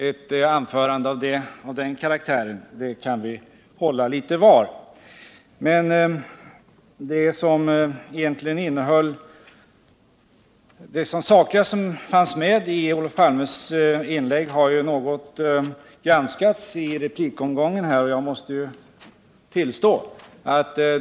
Ett anförande av den karaktären kan vi hålla litet till mans. Men de sakliga punkterna i Olof Palmes inlägg har ju redan något granskats i replikomgången.